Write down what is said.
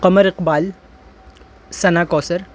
Qamar Iqbal Sana Kausar